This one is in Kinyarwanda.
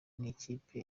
nikipe